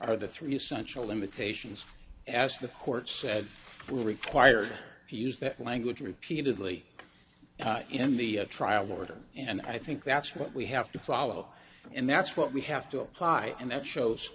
are the three essential limitations asked the court said we're required to use that language repeatedly in the trial order and i think that's what we have to follow and that's what we have to apply and that shows